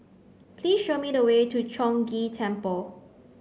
please show me the way to Chong Ghee Temple